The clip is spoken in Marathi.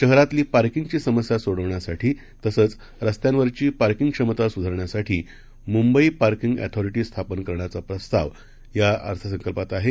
शहरातली पार्किंगची समस्या सोडवण्यासाठी तसंच रस्त्यांवरची पार्किंग क्षमतासुधारण्यासाठी मुंबई पार्किंग अथॉरिटी स्थापन करण्याचा प्रस्ताव या अर्थसंकल्पात आहे